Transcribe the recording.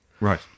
Right